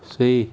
谁